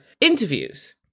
interviews